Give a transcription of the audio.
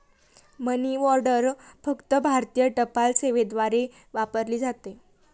मनी order फक्त भारतीय टपाल सेवेद्वारे वापरली जाते